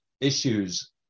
issues